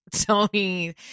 Tony-